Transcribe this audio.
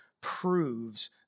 proves